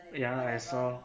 ya I saw